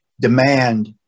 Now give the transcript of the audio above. Demand